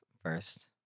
first